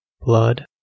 blood